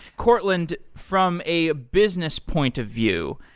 courtland, from a business point of view,